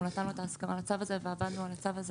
אנחנו נתנו את ההסכמה לצו הזה ועבדנו על הצו הזה